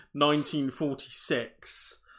1946